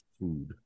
Food